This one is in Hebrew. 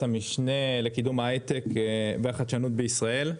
המשנה לקידום ההייטק והחדשנות בישראל.